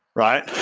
right?